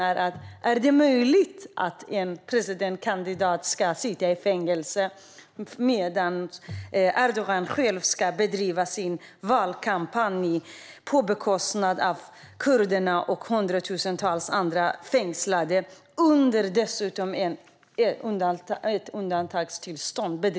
Hur är det möjligt att en presidentkandidat sitter fängslad medan Erdogan bedriver sin valkampanj på bekostnad av kurderna och hundratusentals fängslade? Dessutom pågår ett undantagstillstånd.